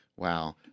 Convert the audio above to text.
Wow